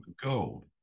gold